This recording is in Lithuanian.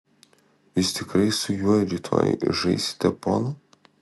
jūs tikrai su juo rytoj žaisite polą